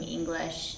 English